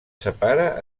separa